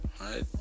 Right